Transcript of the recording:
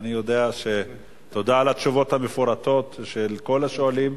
תודה על התשובות המפורטות לכל השואלים.